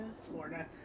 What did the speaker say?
Florida